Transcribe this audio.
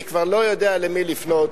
אני כבר לא יודע למי לפנות,